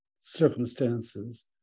circumstances